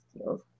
skills